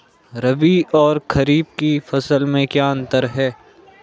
रबी और खरीफ की फसल में क्या अंतर है?